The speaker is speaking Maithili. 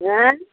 आँय